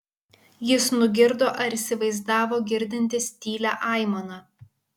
jis nugirdo ar įsivaizdavo girdintis tylią aimaną